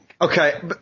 Okay